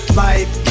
life